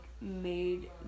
made